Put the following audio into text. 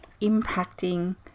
impacting